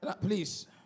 Please